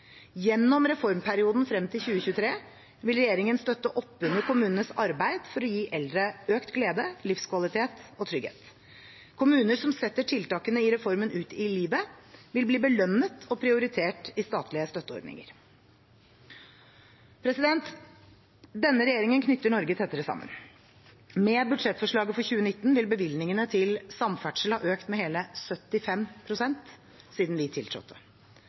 Gjennom reformperioden frem til 2023 vil regjeringen støtte opp under kommunenes arbeid for å gi eldre økt glede, livskvalitet og trygghet. Kommuner som setter tiltakene i reformen ut i livet, vil bli belønnet og prioritert i statlige støtteordninger. Denne regjeringen knytter Norge tettere sammen. Med budsjettforslaget for 2019 vil bevilgningene til samferdsel ha økt med hele 75 pst. siden vi tiltrådte.